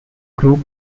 group